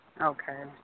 Okay